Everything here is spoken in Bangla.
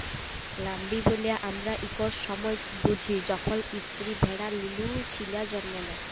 ল্যাম্বিং ব্যলে আমরা ইকট সময়কে বুঝি যখল ইস্তিরি ভেড়া লুলু ছিলা জল্ম দেয়